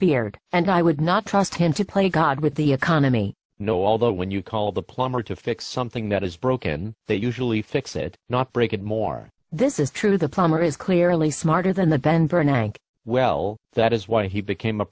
beard and i would not trust him to play god with the economy no although when you call the plumber to fix something that is broken they usually fix it not break it more this is true the plumber is clearly smarter than the ben bernanke well that is why he became a